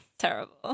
terrible